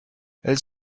elles